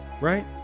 right